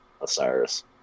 Osiris